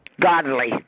godly